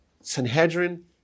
Sanhedrin